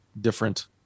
different